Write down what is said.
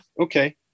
Okay